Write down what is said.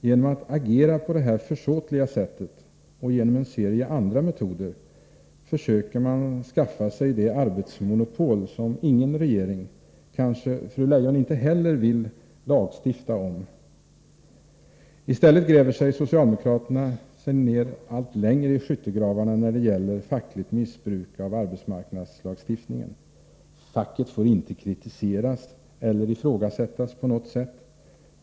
Genom att agera på det här försåtliga sättet och genom en serie andra metoder försöker man skaffa sig det arbetsmonopol som ingen regering — kanske inte heller fru Leijon — vill lagstifta om. I stället gräver socialdemokraterna sig allt längre ned i skyttegravarna när det gäller fackligt missbruk av arbetsmarknadslagstiftningen. Facket får inte kritiseras eller ifrågasättas på något sätt.